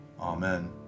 Amen